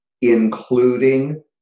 including